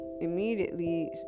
immediately